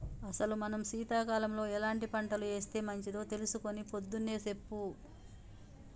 అసలు మనం సీతకాలంలో ఎలాంటి పంటలు ఏస్తే మంచిదో తెలుసుకొని పొద్దున్నే సెప్పు